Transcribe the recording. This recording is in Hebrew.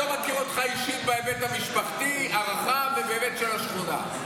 לא מכיר אותך אישית בהיבט המשפחתי הרחב ובהיבט של השכונה.